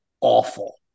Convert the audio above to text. awful